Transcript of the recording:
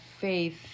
faith